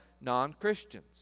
non-Christians